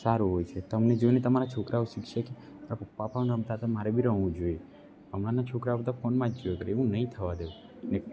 સારું હોય છે તમને જોઈને તમારા છોકરાઓ શીખશે કે મારા પપ્પા રમતા હતા મારે બી રમવું જોઈએ અમણાના છોકરાઓ બધા ફોનમાં જ જોઈ કરે એવું નહીં થવા દઉં